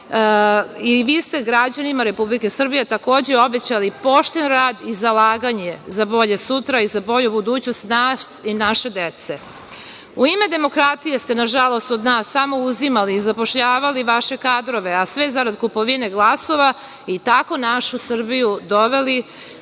Vi ste građanima Republike Srbije takođe obećali pošten rad i zalaganje za bolje sutra i za bolju budućnost nas i naše dece. U ime demokratije ste nažalost od nas samo uzimali, zapošljavali vaše kadrove, a sve zarad kupovine glasova i tako našu Srbiju doveli